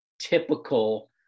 typical